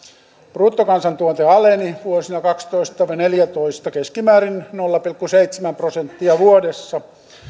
bruttokansantuote aleni vuosina kaksitoista viiva neljätoista keskimäärin nolla pilkku seitsemän prosenttia vuodessa